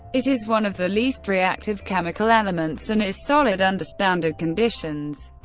it is one of the least reactive chemical elements and is solid under standard conditions.